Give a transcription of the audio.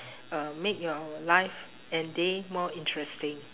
uh make your life and day more interesting